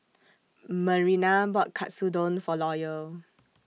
Marina bought Katsudon For Loyal